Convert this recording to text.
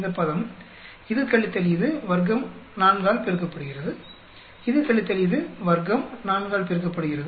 இந்த பதம் இது கழித்தல் இது வர்க்கம் 4 ஆல் பெருக்கப்படுகிறது இது கழித்தல் இது வர்க்கம் 4 ஆல் பெருக்கப்படுகிறது